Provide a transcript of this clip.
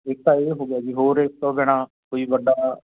ਇੱਕ ਤਾਂ ਇਹ ਹੋ ਗਿਆ ਜੀ ਹੋਰ ਇਸ ਤੋਂ ਬਿਨਾਂ ਕੋਈ ਵੱਡਾ